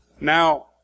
Now